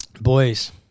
Boys